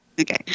Okay